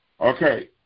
Okay